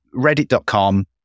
Reddit.com